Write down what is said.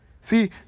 See